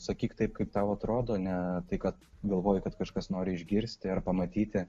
sakyk taip kaip tau atrodo ne tai kad galvoji kad kažkas nori išgirsti ar pamatyti